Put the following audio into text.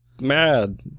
mad